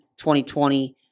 2020